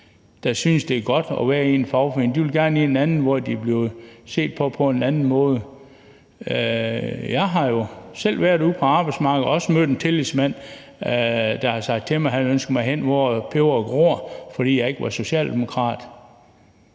som synes, det er godt at være i en fagforening, men de vil gerne ind i en anden, hvor de bliver set på på en anden måde. Jeg har jo selv været ude på arbejdsmarkedet og også mødt en tillidsmand, der sagde, at han ønskede mig hen, hvor peberet gror, fordi jeg ikke var socialdemokrat.